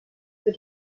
für